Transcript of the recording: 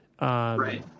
Right